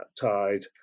tide